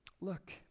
Look